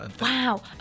Wow